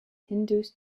hindus